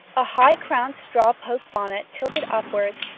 a high-crowned straw poke bonnet, tilted upwards,